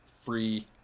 free